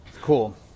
Cool